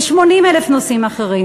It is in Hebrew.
ב-80,000 נושאים אחרים,